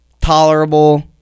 tolerable